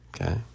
Okay